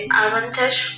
advantage